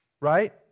right